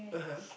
(uh huh)